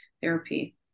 therapy